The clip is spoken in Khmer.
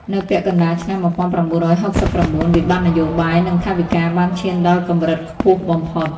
នៅពាក់កណ្តាលឆ្នាំ ១៩៦៩ វិបត្តិនយោបាយ និងថវិកាបានឈានដល់កម្រិតខ្ពស់បំផុត។